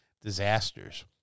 disasters